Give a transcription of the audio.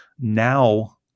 Now